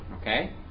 Okay